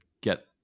get